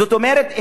זאת אומרת,